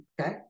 okay